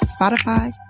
spotify